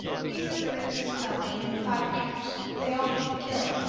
he's the third in this county in five years. they all needed killing.